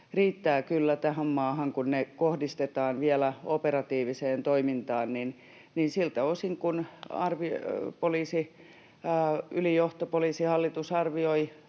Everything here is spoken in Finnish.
riittää kyllä tähän maahan, kun ne kohdistetaan vielä operatiiviseen toimintaan, ja siltä osin kuin poliisiylijohto, Poliisihallitus, arvioi